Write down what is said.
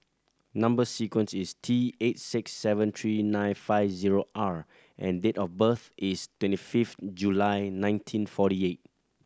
number sequence is T eight six seven three nine five zero R and date of birth is twenty fifth July nineteen forty eight